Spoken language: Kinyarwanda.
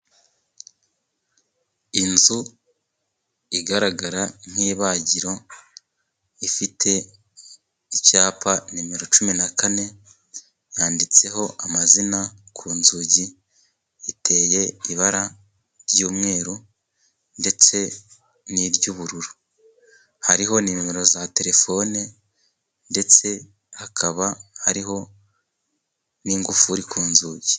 Inzu igaragara nk'ibagiro ifite icyapa nimero cumi n'enye. Yanditseho amazina ku nzugi iteye ibara ry'umweru ndetse n'iry'ubururu. Hariho nimero za telefone ndetse hakaba hariho n'ingufuri ku nzugi.